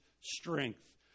strength